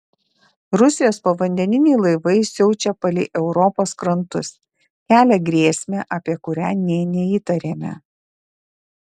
rusijos povandeniniai laivai siaučia palei europos krantus kelia grėsmę apie kurią nė neįtarėme